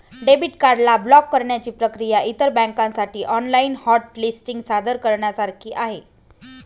debit card ला block करण्याची प्रक्रिया इतर बँकांसाठी ऑनलाइन हॉट लिस्टिंग सादर करण्यासारखी आहे